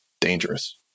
dangerous